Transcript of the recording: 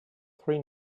three